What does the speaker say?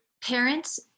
parents